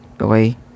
Okay